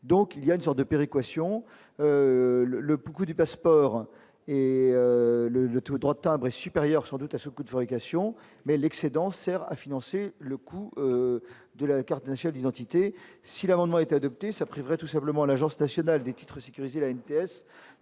donc il y a une sorte de péréquation le pouls du passeport et le le tout droit de timbre supérieures sans doute à ce coût de fabrication, mais l'excédent sert à financer le coût de la carte nationale identité si l'amendement est adopté, ça priverait tout simplement l'Agence nationale des titres sécurisés, la